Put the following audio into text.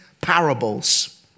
parables